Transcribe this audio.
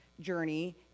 journey